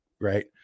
Right